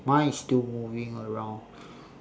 mine is still moving around